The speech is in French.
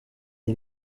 des